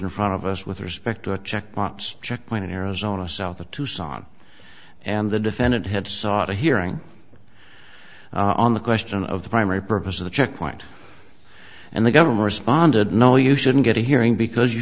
in front of us with respect to a check pops checkpoint in arizona south of tucson and the defendant had sought a hearing on the question of the primary purpose of the checkpoint and the government sponsored no you shouldn't get a hearing because you